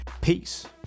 Peace